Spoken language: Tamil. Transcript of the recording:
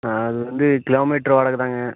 ஆ அது வந்து கிலோ மீட்டர் வாடகைதாங்க